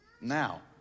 now